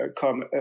come